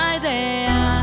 idea